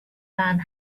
man